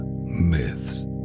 myths